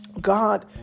God